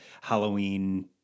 Halloween